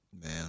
Man